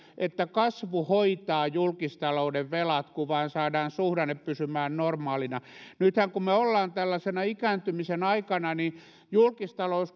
että kasvu hoitaa julkistalouden velat kun vain saadaan suhdanne pysymään normaalina nyt tällaisena ikääntymisen aikanahan julkistalous